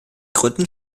gründen